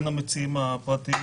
הן הפרטיים,